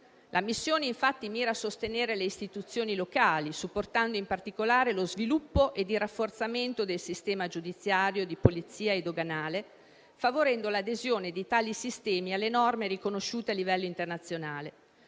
La missione, infatti, mira a sostenere le istituzioni locali, supportando in particolare lo sviluppo e il rafforzamento del sistema giudiziario, di polizia e doganale, favorendo l'adesione di tali sistemi alle norme riconosciute a livello internazionale.